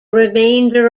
remainder